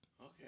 Okay